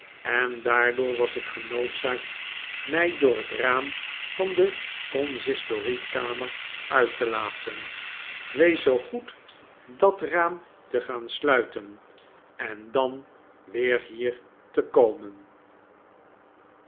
en daardoor was ik genoodzaakt mij door het raam van de consistoriekamer uit te laten wees zoo goed dat raam te gaan sluiten en dan weer hier te komen